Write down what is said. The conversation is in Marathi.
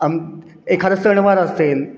आम एखादा सणवार असेल